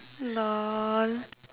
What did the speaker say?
lol